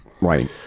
Right